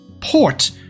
port